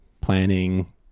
planning